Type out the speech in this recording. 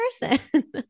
person